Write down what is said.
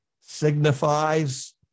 signifies